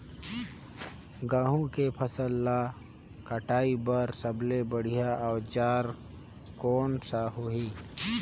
गहूं के फसल ला कटाई बार सबले बढ़िया औजार कोन सा होही?